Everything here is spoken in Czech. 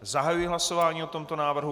Zahajuji hlasování o tomto návrhu.